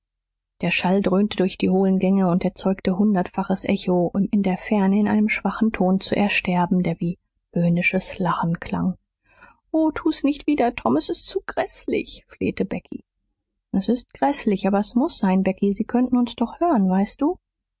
der schall dröhnte durch die hohlen gänge und erzeugte hundertfaches echo um in der ferne in einem schwachen ton zu ersterben der wie höhnisches lachen klang o tu's nicht wieder tom s ist zu gräßlich flehte becky s ist gräßlich aber s muß sein becky sie könnten uns doch hören weißt du